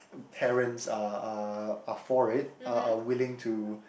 parents are are are for it are are willing to